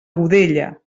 godella